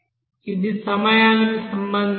ఇది సమయానికి సంబంధించి